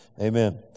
Amen